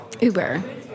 Uber